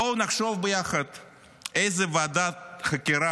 בואו נחשוב ביחד איזו ועדת חקירה